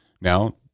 Now